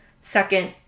second